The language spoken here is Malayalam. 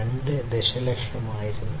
2 ദശലക്ഷമായിരുന്നു